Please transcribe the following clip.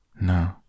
No